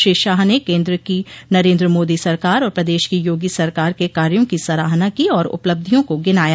श्री शाह ने केन्द्र की नरेन्द्र मोदी सरकार और प्रदेश की योगी सरकार के कार्यो की सराहना की और उपलब्धियों को गिनाया